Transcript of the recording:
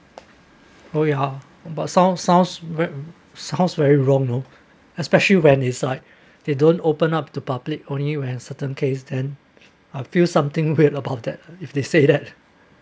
oh ya but sounds sounds sounds very wrong lor especially when it's like they don't open up to public only when certain case then a few something weird about that if they say that